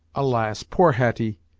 alas! poor hetty,